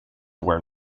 where